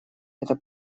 эта